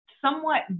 somewhat